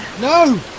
No